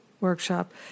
workshop